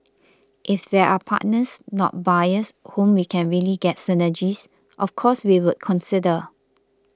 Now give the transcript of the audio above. if there are partners not buyers whom we can really get synergies of course we would consider